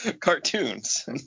cartoons